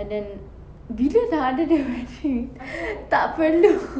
and then bila nak ada the wedding tak perlu